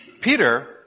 Peter